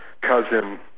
cousin